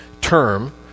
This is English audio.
term